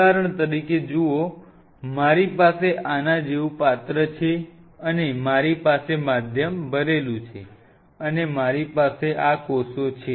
ઉદાહરણ તરીકે જુઓ મારી પાસે આના જેવું પાત્ર છે અને મારી પાસે માધ્યમ ભરેલું છે અને મારી પાસે આ કોષો છે